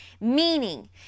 Meaning